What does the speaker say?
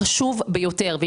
אם